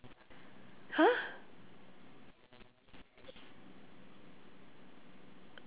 !huh!